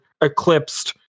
eclipsed